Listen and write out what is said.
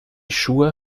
schuhe